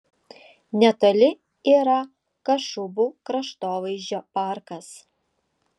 netoli yra kašubų kraštovaizdžio parkas